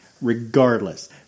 regardless